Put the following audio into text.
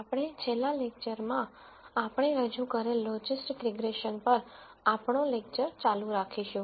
આપણે છેલ્લા લેક્ચરમાં આપણે રજૂ કરેલ લોજિસ્ટિક રીગ્રેસન પર આપણો લેક્ચર ચાલુ રાખીશું